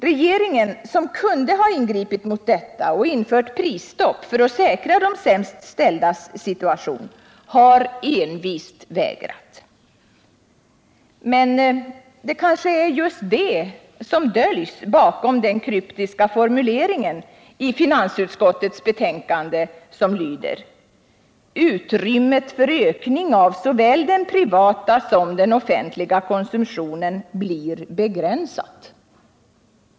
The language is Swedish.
Regeringen, som kunde ha ingripit mot detta och infört prisstopp för att säkra de sämst ställdas situation, har envist vägrat att göra det. Men det kanske är just det som döljs bakom den kryptiska formulering i finansutskottets betänkande som lyder: Utrymmet för ökning av såväl den privata som den offentliga konsumtionen blir begränsat.